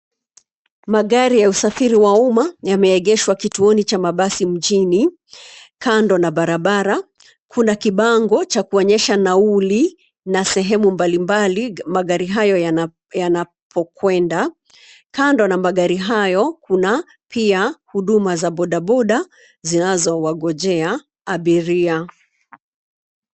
Magari ya usafiri wa umma yameegeshwa kituoni cha mabasi mjini, kando na barabara, kuna kibango cha kuonyesha nauli, na sehemu mbali mbali magari hayo yanapokwenda, kando na magari hayo, kuna, pia, huduma za bodaboda, zinazowangojea, abiria.